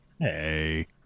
Hey